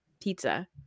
pizza